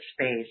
space